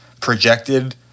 projected